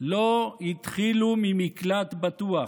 לא התחילו ממקלט בטוח.